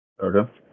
Okay